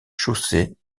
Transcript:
chaussée